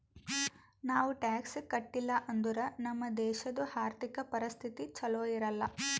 ನಾವ್ ಟ್ಯಾಕ್ಸ್ ಕಟ್ಟಿಲ್ ಅಂದುರ್ ನಮ್ ದೇಶದು ಆರ್ಥಿಕ ಪರಿಸ್ಥಿತಿ ಛಲೋ ಇರಲ್ಲ